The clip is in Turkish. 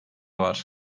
var